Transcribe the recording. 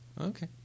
Okay